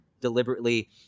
deliberately